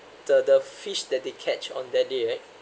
the the fish that they catch on that day right